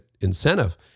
incentive